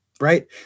Right